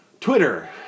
Twitter